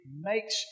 makes